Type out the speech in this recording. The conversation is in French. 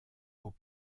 aux